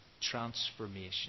Transformation